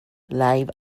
live